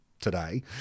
today